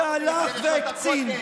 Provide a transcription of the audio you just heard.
שהלך והקצין.